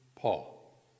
Paul